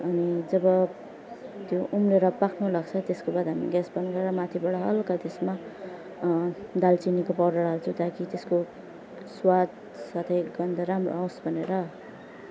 अनि जब त्यो उम्लेर पाक्नु लाग्छ त्यसको बाद हामी ग्यास बन्द गरेर माथिबाट हल्का त्यसमा दालचिनीको पाउडर हाल्छौँ ताकि त्यसको स्वाद साथै गन्ध राम्रो आवोस् भनेर